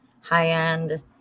high-end